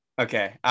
Okay